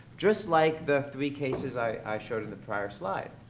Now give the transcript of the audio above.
just like the three cases i showed in the prior slide.